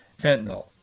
fentanyl